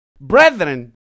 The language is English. Brethren